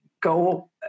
go